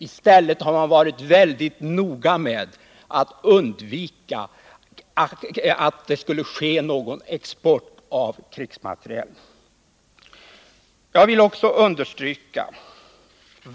I stället har man varit väldigt noga med att export av krigsmateriel skulle undvikas.